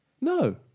No